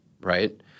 right